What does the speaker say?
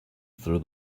through